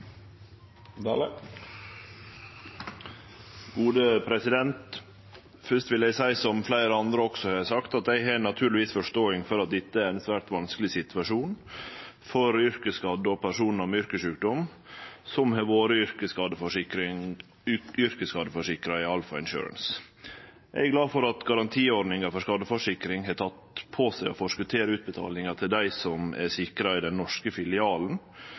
vil eg seie, som fleire andre også har sagt, at eg naturlegvis har forståing for at dette er ein svært vanskeleg situasjon for yrkesskadde og personar med yrkessjukdom som har vore yrkesskadeforsikra i Alpha Insurance. Eg er glad for at Garantiordninga for skadeforsikring har teke på seg å forskotere utbetalingar til dei som er sikra i den norske filialen